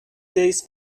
this